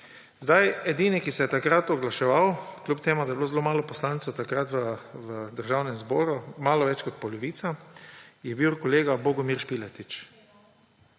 Edini, ki se je takrat oglašal, čeprav je bilo zelo malo poslancev takrat v Državnem zboru, malo več kot polovica, je bil kolega Bogomir Špiletič.